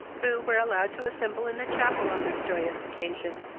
who were allowed to assemble in the chapel on this joyous occasion,